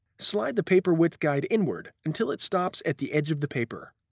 slide the paper width guide inward until it stops at the edge of the paper.